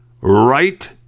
Right